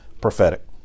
prophetic